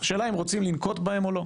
השאלה אם רוצים לנקוט בהם או לא.